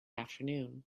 afternoon